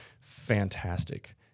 fantastic